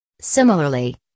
Similarly